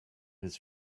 his